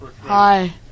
Hi